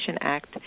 Act